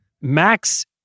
Max